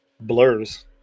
blurs